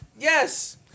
Yes